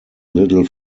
little